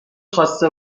خواسته